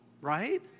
Right